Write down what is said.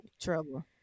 trouble